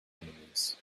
enemies